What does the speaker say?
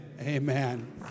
Amen